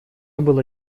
было